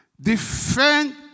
Defend